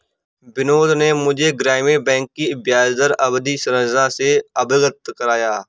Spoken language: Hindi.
बिनोद ने मुझे ग्रामीण बैंक की ब्याजदर अवधि संरचना से अवगत कराया